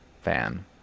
fan